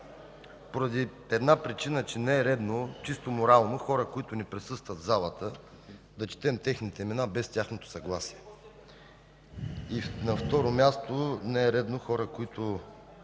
причина – че не е редно, чисто морално, хора, които не присъстват в залата, да им четем имената без тяхното съгласие. На второ място, не е редно хора, които